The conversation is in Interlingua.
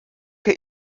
que